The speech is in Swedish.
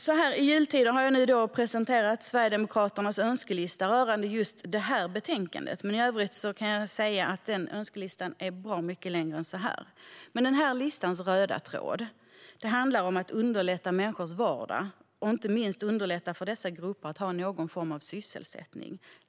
Så här i jultider har jag nu presenterat Sverigedemokraternas önskelista rörande just detta betänkande, men jag kan säga att önskelistan i övrigt är bra mycket längre än så här. Den här listans röda tråd handlar dock om att underlätta människors vardag och inte minst underlätta för dessa grupper att ha någon form av sysselsättning.